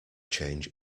change